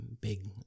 big